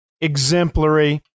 exemplary